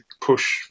push